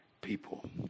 people